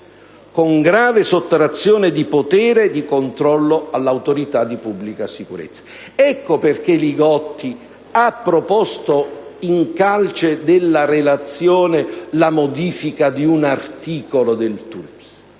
con grave sottrazione di potere e di controllo all'autorità di pubblica sicurezza. Il senatore Li Gotti ha proposto in calce alla relazione la modifica di un articolo del Testo